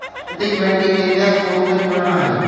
नैतिक बैंकिंग के इतिहास बहुते पुरान हइ